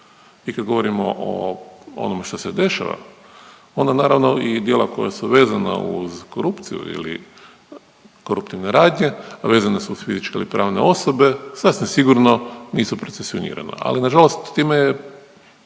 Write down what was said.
I kad govorimo o onome što se dešava, onda naravno i djela koja su vezana uz korupciju ili koruptivne radnje, vezane su uz fizičke ili pravne osobe sasvim sigurno nisu procesionirane. Ali nažalost, time je